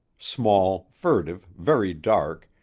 small, furtive, very dark,